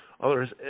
others